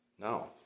No